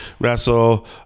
wrestle